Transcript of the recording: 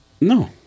No